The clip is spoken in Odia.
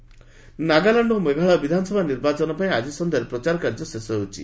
କ୍ୟାମ୍ପେନିଙ୍ଗ୍ ନାଗାଲାଣ୍ଡ ଓ ମେଘାଳୟ ବିଧାନସଭା ନିର୍ବାଚନ ପାଇଁ ଆଜି ସନ୍ଧ୍ୟାରେ ପ୍ରଚାର କାର୍ଯ୍ୟ ଶେଷ ହେଉଛି